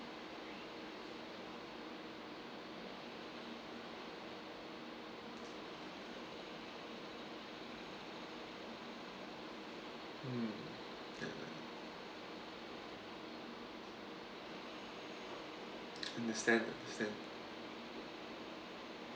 mm understand understand